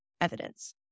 evidence